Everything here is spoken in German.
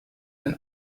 den